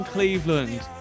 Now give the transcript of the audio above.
Cleveland